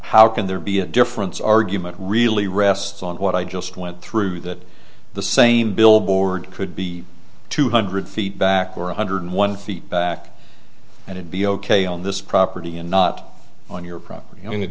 how can there be a difference argument really rests on what i just went through that the same billboard could be two hundred feet back or one hundred one feet back and it be ok on this property and not on your property i mean it